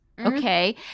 Okay